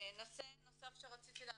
נושא נוסף שרציתי לענות,